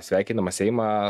sveikinamas seimą